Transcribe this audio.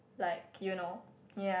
like you know yeah